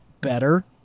better